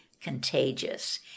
contagious